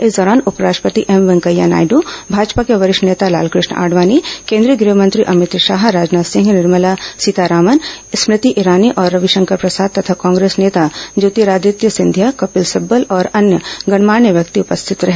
इस दौरान उपराष्ट्रपति एम वेंकैया नायड़ भाजपा के वरिष्ठ नेता लालकष्ण आडवाणी केंद्रीय ग्रहमंत्री अभित शाह राजनाथ सिंह निर्मला सीतारामन स्मृति ईरानी और रविशंकर प्रसाद तथा कांग्रेस नेता ज्योतिरादित्य सिंधिया कपिल सिब्बल और अन्य गणमान्य व्यक्ति उपस्थित रहे